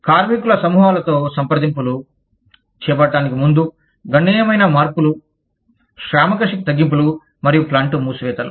కార్మికుల సమూహాలతో సంప్రదింపులు చేపట్టడానికి ముందు గణనీయమైన మార్పులు శ్రామిక శక్తి తగ్గింపులు మరియు ప్లాంట్ మూసివేతలు